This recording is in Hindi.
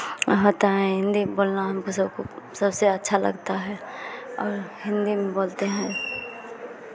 होता है हिन्दी बोलना हमको सबको सबसे अच्छा लगता है और हिन्दी में बोलते हैं